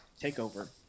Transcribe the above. takeover